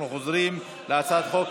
אנחנו עוברים להצעת חוק